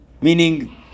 Meaning